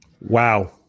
Wow